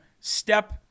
step